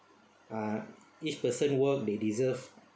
ah each person work they deserve